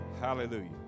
Hallelujah